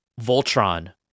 Voltron